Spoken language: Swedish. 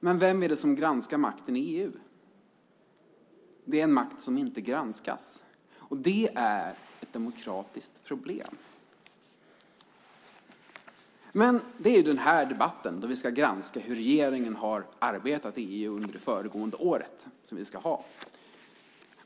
Men vem granskar makten i EU? Det är en makt som inte granskas. Det är ett demokratiskt problem. I denna debatt ska vi granska hur regeringen har arbetat i EU under föregående år.